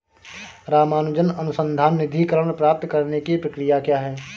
रामानुजन अनुसंधान निधीकरण प्राप्त करने की प्रक्रिया क्या है?